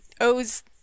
owes